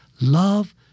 love